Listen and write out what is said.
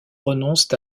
renoncent